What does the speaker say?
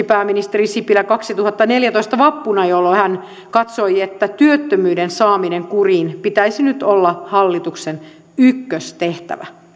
pääministeri sipilä myöskin kaksituhattaneljätoista vappuna jolloin hän katsoi että työttömyyden kuriin saamisen pitäisi nyt olla hallituksen ykköstehtävä